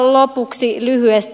lopuksi lyhyesti